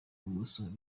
bumoso